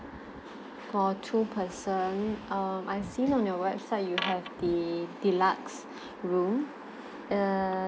for two person um I see on your website you have the deluxe room err